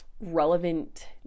relevant